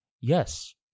Yes